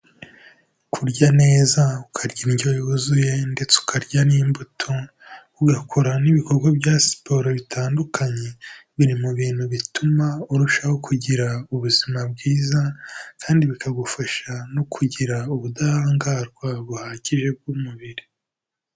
Kurya neza ukarya indyo yuzuye ndetse ukarya n'imbuto ugakora n'ibikorwa bya siporo bitandukanye, biri mu bintu bituma urushaho kugira ubuzima bwiza kandi bikagufasha no kugira ubudahangarwa buhagije bw'umubiri.